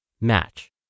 match